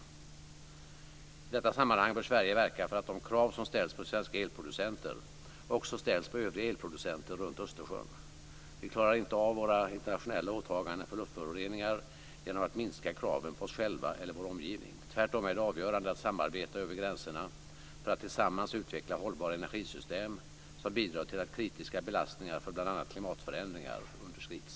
I detta sammanhang bör Sverige verka för att de krav som ställs på svenska elproducenter också ställs på övriga elproducenter runt Östersjön. Vi klarar inte våra internationella åtaganden för luftföroreningar genom att minska kraven på oss själva eller vår omgivning. Tvärtom är det avgörande att samarbeta över gränserna för att tillsammans utveckla hållbara energisystem som bidrar till att kritiska belastningar för bl.a. klimatförändringar underskrids.